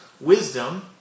wisdom